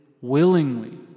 willingly